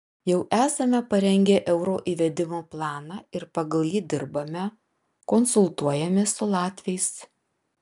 jau esame parengę euro įvedimo planą ir pagal jį dirbame konsultuojamės su latviais